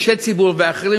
אישי ציבור ואחרים,